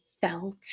felt